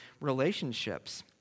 relationships